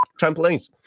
trampolines